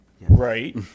Right